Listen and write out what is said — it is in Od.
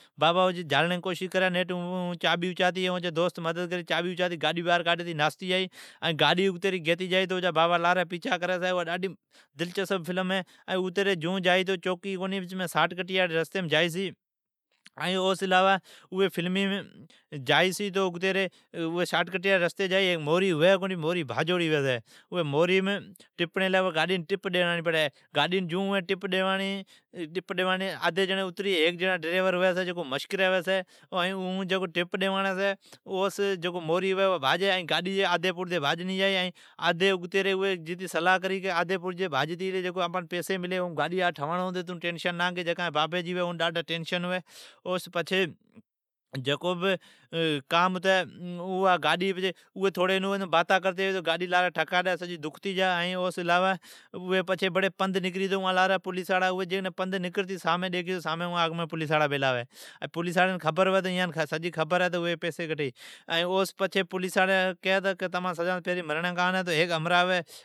پچھی او جا بابا اون جھلڑین جی کوشش کری، او جی دوست او بھیڑی ھوی اون چابی اچاتی گاڈی گیتی ناستی جا۔ پچھی اوین شاٹ کتیاڑا رستا جھلی۔ او شاٹ کٹیاڑی رستیم جائی چھی تو اوم موری بھاجوڑی ھوی چھی، گاڈین ٹپ ڈیواڑنی پڑی چھی ائین آدھی جیڑین اتری چھی ائین ھیک ایرین اون ڈرائیور ھوی چھی اون مشکری ھوی چھی۔ پچھی موری بھجی چھی، گادی جی آدھی پڑدی بھاجی چھی اون کیئی جکو آپان پیسی ملی اوم آپون گاڈی ٹھواڑون پتی۔ جکان جی بابی جی گاڈی ھوی اون ڈاڈھی ٹینشن ھوی جیستائین گاڈی سجی ٹکا ڈی پتی۔ اوی پند نکرتی جائی تو اگتا پولیساڑا بیلا ھوی اون خبر ھوی تو پیسی کانٹھ ھی۔ ائین پولیساڑا اوان کی تو تمام پھرین مرڑین کان ہے۔